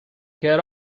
get